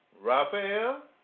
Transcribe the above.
Raphael